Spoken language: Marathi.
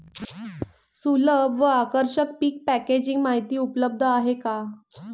सुलभ व आकर्षक पीक पॅकेजिंग माहिती उपलब्ध आहे का?